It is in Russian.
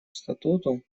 статуту